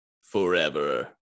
forever